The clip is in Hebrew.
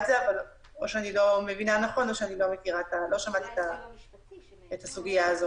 אולי אני לא מבינה נכון או שאני לא מכירה מספיק את הסוגיה.